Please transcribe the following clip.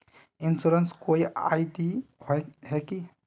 Insurance कोई ID होय है की?